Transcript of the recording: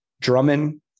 Drummond